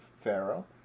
pharaoh